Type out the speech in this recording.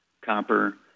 copper